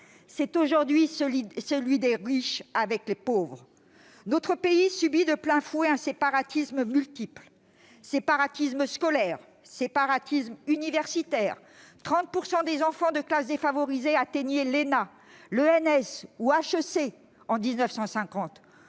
est aujourd'hui celui des riches avec les pauvres. Notre pays subit de plein fouet un séparatisme multiple : séparatisme scolaire, séparatisme universitaire- 30 % des enfants de classes défavorisées intégraient l'ENA, l'ENS ou HEC en 1950,